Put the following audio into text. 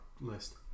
list